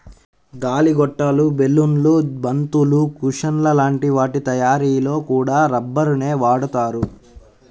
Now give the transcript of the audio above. గాలి గొట్టాలు, బెలూన్లు, బంతులు, కుషన్ల లాంటి వాటి తయ్యారీలో కూడా రబ్బరునే వాడతారు